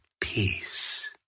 Peace